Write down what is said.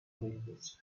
breakfast